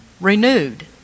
renewed